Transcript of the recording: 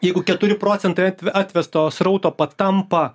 jeigu keturi procentai atvesto srauto patampa